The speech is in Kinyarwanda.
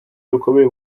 rukomeye